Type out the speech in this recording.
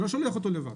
אני לא שולח אותו לבד.